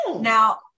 Now